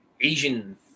Asian